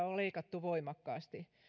on leikattu voimakkaasti